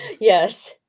yes,